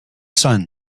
son